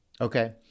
Okay